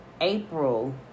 April